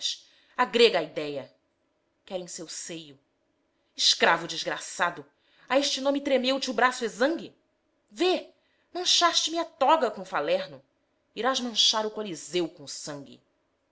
grega haidéia quero em seu seio escravo desgraçado a este nome tremeu te o braço exangue vê manchaste me a toga com o falerno irás manchar o coliseu com o sangue